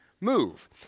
move